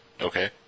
Okay